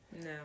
No